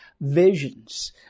visions